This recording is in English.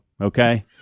Okay